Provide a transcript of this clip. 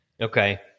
Okay